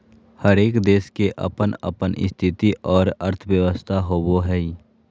हरेक देश के अपन अपन स्थिति और अर्थव्यवस्था होवो हय